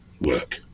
work